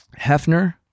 Hefner